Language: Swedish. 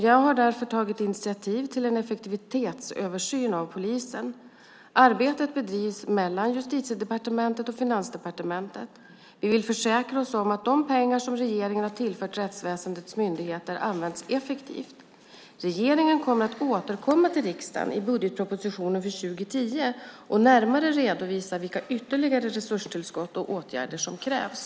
Jag har därför tagit initiativ till en effektivitetsöversyn av polisen. Arbetet bedrivs i samarbete mellan Justitiedepartementet och Finansdepartementet. Vi vill försäkra oss om att de pengar regeringen har tillfört rättsväsendets myndigheter används effektivt. Regeringen kommer att återkomma till riksdagen i budgetpropositionen för 2010 och närmare redovisa vilka ytterligare resurstillskott och åtgärder som krävs.